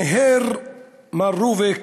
מיהר מר רוביק,